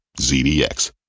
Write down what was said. ZDX